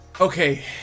Okay